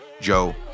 Joe